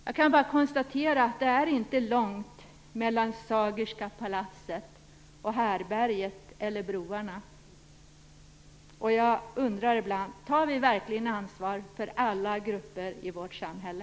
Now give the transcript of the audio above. Jag kan bara konstatera att det inte är långt mellan Sagerska palatset och härbärget eller broarna. Och jag undrar ibland om vi verkligen tar ansvar för alla grupper i vårt samhälle.